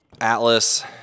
Atlas